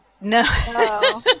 No